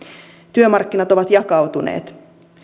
työmarkkinat ovat jakautuneet